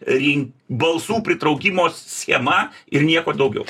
rin balsų pritraukimo schema ir nieko daugiau